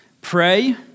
pray